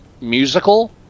musical